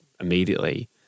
immediately